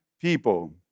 people